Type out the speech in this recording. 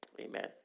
amen